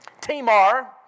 Tamar